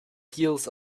heels